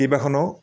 কেইবাখনো